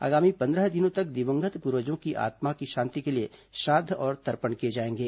आगामी पंद्रह दिनों तक दिवंगत पूर्वजों की आत्मा की शांति के लिए श्राद्ध और तर्पण किए जाएंगे